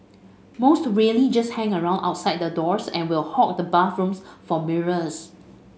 most really just hang around outside the doors and will hog the bathrooms for mirrors